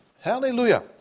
Hallelujah